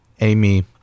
Amy